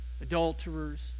adulterers